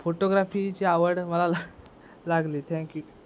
फोटोग्राफीची आवड मला लागली थँक्यू